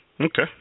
Okay